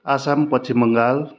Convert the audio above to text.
Assam Paschim Bengal